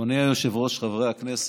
אדוני היושב-ראש, חברי הכנסת,